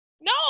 No